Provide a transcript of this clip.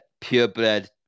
purebred